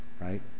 right